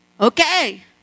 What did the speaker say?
Okay